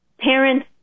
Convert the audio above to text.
parents